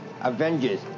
Avengers